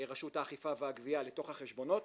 מרשות האכיפה והגבייה לתוך החשבונות,